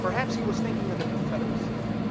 perhaps he was thinking of the confederacy,